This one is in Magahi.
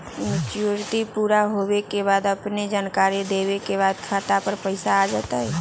मैच्युरिटी पुरा होवे के बाद अपने के जानकारी देने के बाद खाता पर पैसा आ जतई?